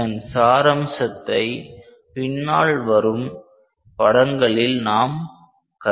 இதன் சாராம்சத்தை பின்னால் வரும் படங்களில் நாம் கற்கலாம்